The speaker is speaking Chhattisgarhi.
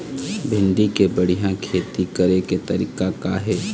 भिंडी के बढ़िया खेती करे के तरीका का हे?